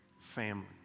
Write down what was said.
family